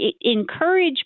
encourage